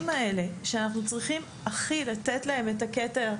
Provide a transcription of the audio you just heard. האלה שאנחנו הכי צריכים לתת להם את הכתר,